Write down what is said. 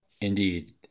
indeed